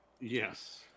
Yes